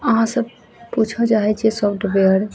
अहाँसब पूछऽ चाहैत छियै सॉफ्टवेयर